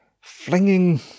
flinging